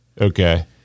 Okay